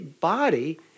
body